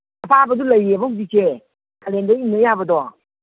ꯑꯄꯥꯕꯁꯨ ꯂꯩꯌꯦꯕ ꯍꯧꯖꯤꯛꯁꯦ ꯀꯥꯂꯦꯟꯗ ꯏꯟꯕ ꯌꯥꯕꯗꯣ